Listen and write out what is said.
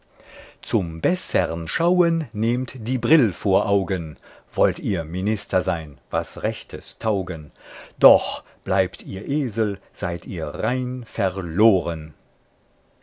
zum bessern schauen nehmt die brill vor augen wollt ihr minister sein was rechtes taugen doch bleibt ihr esel seid ihr rein